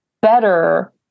better